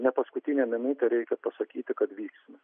ne paskutinę minutę reikia pasakyti kad vyksime